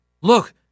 look